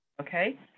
okay